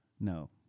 No